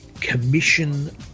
commission